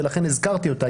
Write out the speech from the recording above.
ולכן הזכרתי אותה,